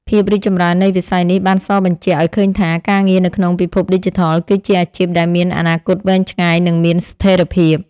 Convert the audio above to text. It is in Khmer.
ភាពរីកចម្រើននៃវិស័យនេះបានសបញ្ជាក់ឱ្យឃើញថា ការងារនៅក្នុងពិភពឌីជីថល គឺជាអាជីពដែលមានអនាគតវែងឆ្ងាយនិងមានស្ថិរភាព។